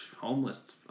Homeless